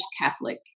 Catholic